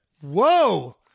Whoa